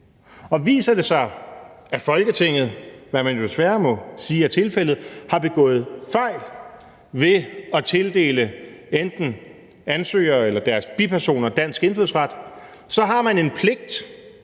Og viser det sig, at Folketinget, hvad man jo desværre må sige er tilfældet, har begået fejl ved at tildele enten ansøger eller deres bipersoner dansk indfødsret, så har man en pligt,